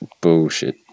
Bullshit